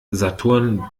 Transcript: saturn